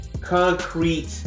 concrete